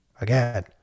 again